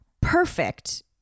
perfect